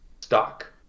stock